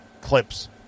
clips